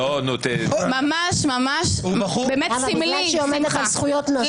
ממש ממש, באמת סמלי, שמחה.